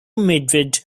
madrid